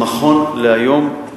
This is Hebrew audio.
נכון להיום,